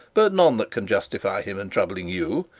but none that can justify him in troubling you.